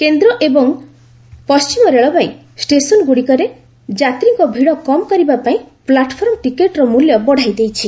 କେନ୍ଦ୍ର ଏବଂ ପଣ୍ଟିମ ରେଳବାଇ ଷ୍ଟେସନ୍ଗୁଡ଼ିକରେ ଯାତ୍ରୀ ଭିଡ଼ କମ୍ କରିବାପାଇଁ ପ୍ଲାଟ୍ଫର୍ମ ଟିକେଟ୍ର ମୂଲ୍ୟ ବଢ଼ାଇ ଦେଇଛି